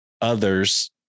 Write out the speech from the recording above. others